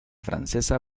francesa